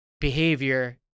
behavior